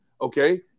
okay